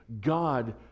God